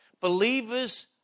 believers